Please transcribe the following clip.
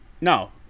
No